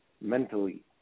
mentally